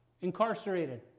incarcerated